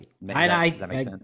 Right